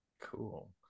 cool